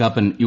Kappan U